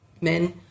men